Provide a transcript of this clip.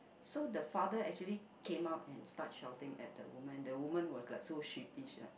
so the father actually came out and start shouting at the woman the woman was like so sheepish right